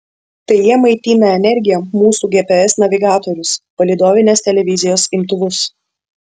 tai jie maitina energija mūsų gps navigatorius palydovinės televizijos imtuvus